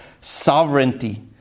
sovereignty